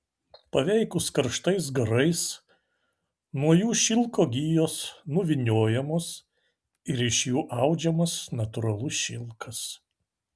paveikus karštais garais nuo jų šilko gijos nuvyniojamos ir iš jų audžiamas natūralus šilkas